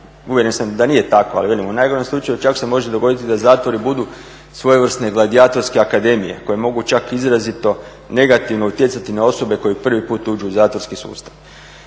uvjeren sam da nije tako, ali velim u najgorem slučaju čak se može dogoditi da zatvori budu svojevrsne gladijatorske akademije koje mogu čak izrazito negativno utjecati na osobe koje prvi put uđu u zatvorski sustav.